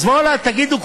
אז בואו אליי, תגידו.